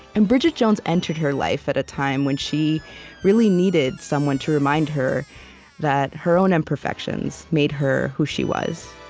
and bridget jones entered her life at a time when she really needed someone to remind her that her own imperfections made her who she was